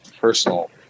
personal